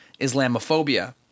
Islamophobia